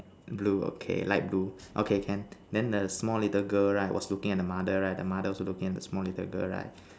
blue okay light blue okay can then the small little girl right was looking at the mother right the mother also looking at the small little girl right